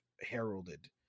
heralded